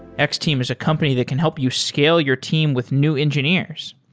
x-team is a company that can help you scale your team with new engineers.